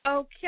Okay